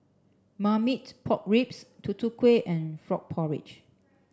Marmite Pork Ribs tutu Kueh and frog porridge